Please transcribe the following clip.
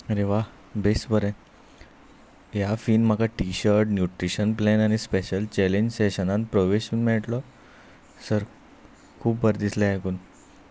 अरे वा बेस बरें ह्या फीन म्हाका टीशर्ट न्युट्रिशन प्लॅन आनी स्पेशल चॅलेंज सेशनान प्रवेश मेळटलो सर खूब बरें दिसलें आयकून